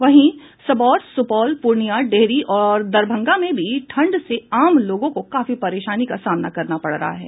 वहीं सबौर सुपौल पूर्णियां डेहरी और दरभंगा में भी ठंड से आम लोगों को काफी परेशानी का सामना करना पड़ रहा है